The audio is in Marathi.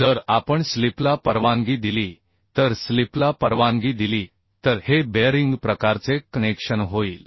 जर आपण स्लिपला परवानगी दिली तर स्लिपला परवानगी दिली तर हे बेअरिंग प्रकारचे कनेक्शन होईल